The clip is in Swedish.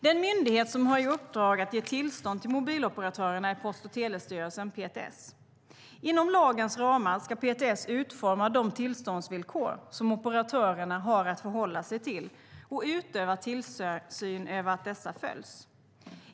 Den myndighet som har i uppdrag att ge tillstånd till mobiloperatörerna är Post och telestyrelsen, PTS. Inom lagens ramar ska PTS utforma de tillståndsvillkor som operatörerna har att förhålla sig till och utöva tillsyn över att dessa följs.